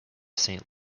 saint